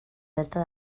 delta